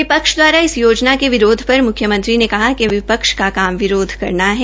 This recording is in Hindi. विपक्ष दवारा इस योजना के विरोध पर मुख्यमंत्री ने कहा कि विपक्ष का काम विरोध करना है